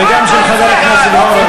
וגם של חבר הכנסת הורוביץ.